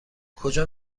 کجا